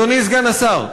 אדוני סגן השר,